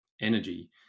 energy